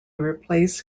replace